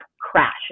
crash